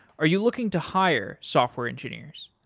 are you looking to hire software engineers?